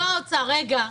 רגע, לא האוצר, רגע.